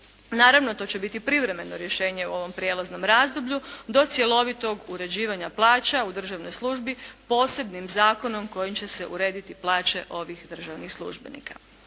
Naravno to će biti privremeno rješenje u ovom prijelaznom razdoblju do cjelovitog uređivanja plaća u državnoj službi posebnim zakonom kojim će se urediti plaće ovih državnih službenika.